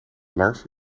lars